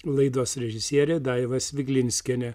laidos režisierė daiva sviglinskienė